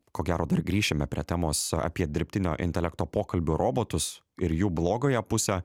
ko gero dar grįšime prie temos apie dirbtinio intelekto pokalbių robotus ir jų blogąją pusę